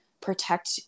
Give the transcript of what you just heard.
protect